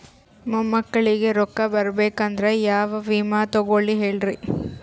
ಮೊಮ್ಮಕ್ಕಳಿಗ ರೊಕ್ಕ ಬರಬೇಕಂದ್ರ ಯಾ ವಿಮಾ ತೊಗೊಳಿ ಹೇಳ್ರಿ?